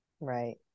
Right